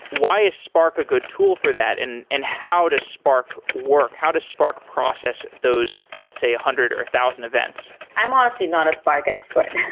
why is spark a good tool for that and and how does spark work? how does spark process those, let's say, a hundred or a thousand events? i'm honestly not a spark expert.